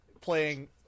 Playing